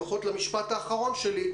לפחות למשפט האחרון שלי,